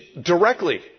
directly